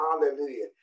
Hallelujah